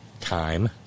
time